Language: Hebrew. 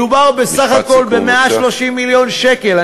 מדובר בסך הכול ב-130 מיליון שקל,